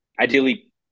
ideally